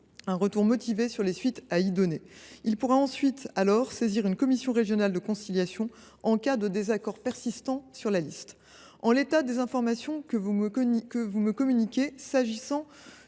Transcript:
un retour motivé sur les suites à y donner. Il pourra ensuite saisir une commission régionale de conciliation en cas de désaccord persistant sur la liste. En l’état des informations que vous me communiquez, le